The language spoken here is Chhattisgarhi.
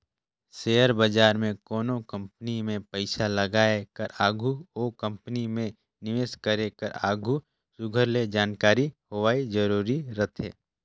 सेयर बजार में कोनो कंपनी में पइसा लगाए कर आघु ओ कंपनी में निवेस करे कर आघु सुग्घर ले जानकारी होवई जरूरी रहथे